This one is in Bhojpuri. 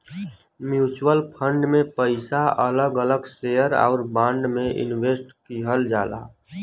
म्युचुअल फंड में पइसा अलग अलग शेयर आउर बांड में इनवेस्ट किहल जाला